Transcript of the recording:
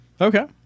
Okay